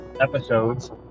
episodes